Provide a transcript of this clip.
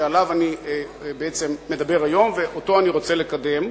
שעליו אני מדבר היום ואותו אני רוצה לקדם.